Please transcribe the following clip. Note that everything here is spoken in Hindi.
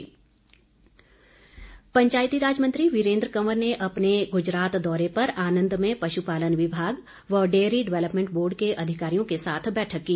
वीरेन्द्र कंवर पंचायतीराज मंत्री वीरेन्द्र कंवर ने अपने गुजरात दौरे पर आनंद में पशु पालन विभाग व डेयरी डवेल्पमेंट बोर्ड के अधिकारियों के साथ बैठक की